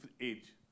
age